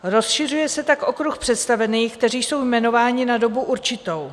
Rozšiřuje se tak okruh představených, kteří jsou jmenováni na dobu určitou.